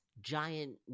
giant